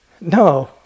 no